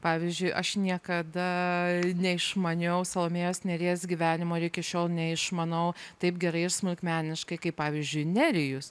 pavyzdžiui aš niekada neišmaniau salomėjos nėries gyvenimo iki šiol neišmanau taip gerai ir smulkmeniškai kaip pavyzdžiui nerijus